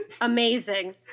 amazing